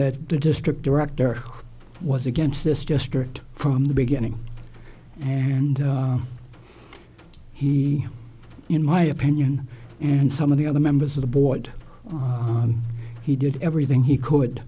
that the district director was against this just start from the beginning and he in my opinion and some of the other members of the board he did everything he could